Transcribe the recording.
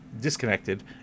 disconnected